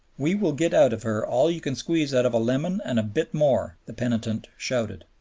we will get out of her all you can squeeze out of a lemon and a bit more, the penitent shouted,